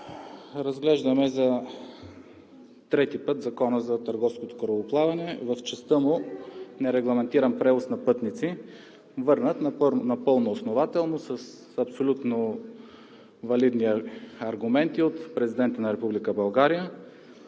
разглеждаме Закона за търговското корабоплаване в частта му „нерегламентиран превоз на пътници“, върнат напълно основателно с абсолютно валидни аргументи от Президента на